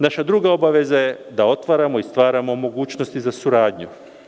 Naša druga obaveza je da otvaramo i stvaramo mogućnosti za suradnju.